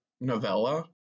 novella